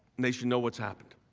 they should know it's happened.